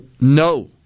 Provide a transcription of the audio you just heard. no